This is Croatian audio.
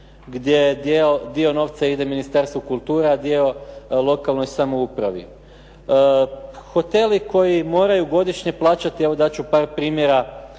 gdje dio novca ide Ministarstvu kulture, a dio lokalnoj samoupravi. Hoteli koji moraju godišnje plaćati, evo dat ću par primjera